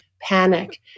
panic